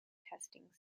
testing